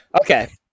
Okay